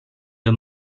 the